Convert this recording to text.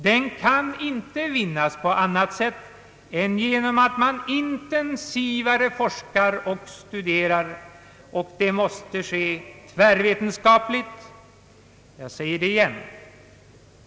Den kan inte vinnas på annat sätt än genom att man intensivare forskar och studerar, och det måste ske tvärvetenskapligt — jag säger det igen.